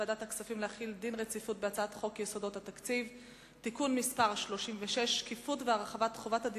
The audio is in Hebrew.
להחיל דין רציפות על הצעת חוק לתיקון פקודת מס הכנסה (מס' 165)